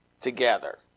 together